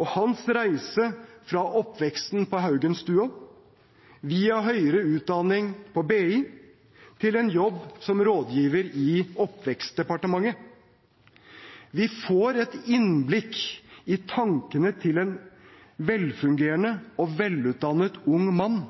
og hans reise fra oppveksten på Haugenstua via høyere utdanning på BI til en jobb som rådgiver i Oppvekstdepartementet. Vi får et innblikk i tankene til en velfungerende og velutdannet ung mann,